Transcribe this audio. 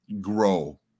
grow